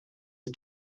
are